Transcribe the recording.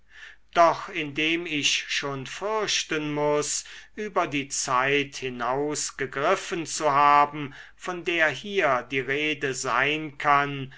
doch indem ich schon fürchten muß über die zeit hinausgegriffen zu haben von der hier die rede sein kann